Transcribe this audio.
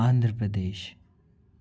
Andhra Pradesh